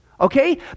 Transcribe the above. okay